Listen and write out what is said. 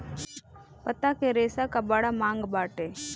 पत्ता के रेशा कअ बड़ा मांग बाटे